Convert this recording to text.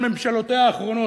על ממשלותיה האחרונות,